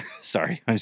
Sorry